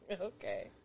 Okay